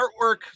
artwork